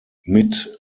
mit